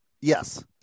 yes